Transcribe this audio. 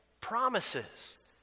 promises